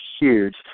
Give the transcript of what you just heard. huge